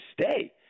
stay